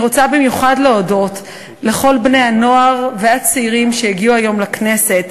אני רוצה במיוחד להודות לכל בני-הנוער והצעירים שהגיעו היום לכנסת,